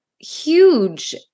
huge